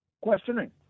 questioning